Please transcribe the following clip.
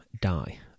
die